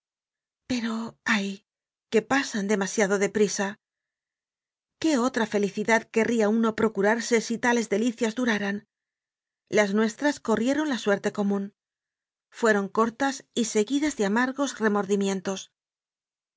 pero ay que pasan de masiado de prisa qué otra felicidad querría uno procurarse si tales delicias duraran las nuestras corrieron la suerte común fueron cortas y segui das de amargos remordimientos